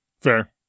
Fair